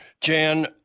Jan